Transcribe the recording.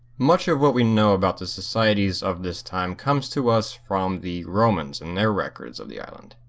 much of what we know about the societies of this time comes to us from the romans and their records of the island,